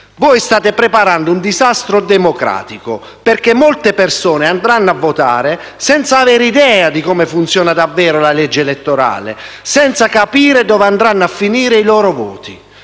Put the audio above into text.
Voi state preparando un disastro democratico, perché molte persone andranno a votare senza avere idea di come funziona davvero la legge elettorale e senza capire dove andranno a finire i loro voti.